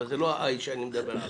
אבל זה לא ה"איי" שאני מדבר עליו.